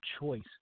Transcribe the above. choice